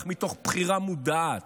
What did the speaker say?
אך מתוך בחירה מודעת,